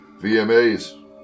VMAs